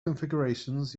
configurations